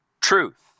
truth